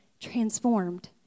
transformed